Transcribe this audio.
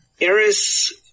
Eris